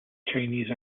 chinese